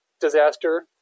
disaster